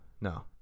no